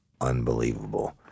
unbelievable